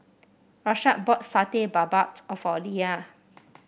Rashaad bought Satay Babat a for Lea